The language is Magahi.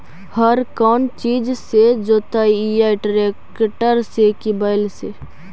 हर कौन चीज से जोतइयै टरेकटर से कि बैल से?